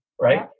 right